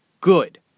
good